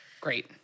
Great